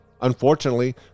Unfortunately